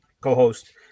co-host